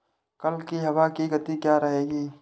कल की हवा की गति क्या रहेगी?